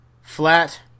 flat